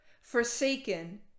forsaken